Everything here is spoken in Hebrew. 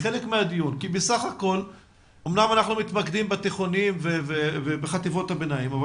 כי בסך הכל אמנם אנחנו מתמקדים בתיכונים וחטיבות ביניים,